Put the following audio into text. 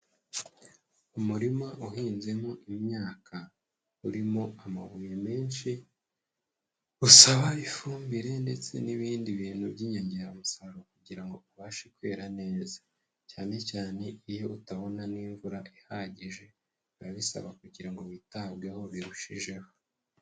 Umurima uhinzemo imyaka urimo amabumye menshi usaba ifumbire ndetse n'ibindi bintu by'inyongeramusaruro kugira ngo ubashe kwera neza, cyane cyane iyo utabona n'imvura ihagije biba bisaba kugira ngo witabweho birushijeho.